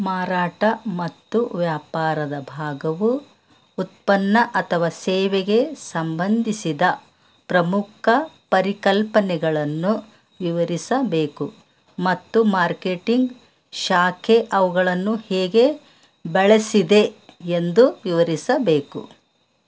ಮಾರಾಟ ಮತ್ತು ವ್ಯಾಪಾರದ ಭಾಗವು ಉತ್ಪನ್ನ ಅಥವಾ ಸೇವೆಗೆ ಸಂಬಂಧಿಸಿದ ಪ್ರಮುಖ ಪರಿಕಲ್ಪನೆಗಳನ್ನು ವಿವರಿಸಬೇಕು ಮತ್ತು ಮಾರ್ಕೆಟಿಂಗ್ ಶಾಖೆ ಅವುಗಳನ್ನು ಹೇಗೆ ಬಳಸಿದೆ ಎಂದು ವಿವರಿಸಬೇಕು